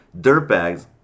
Dirtbags